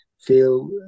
feel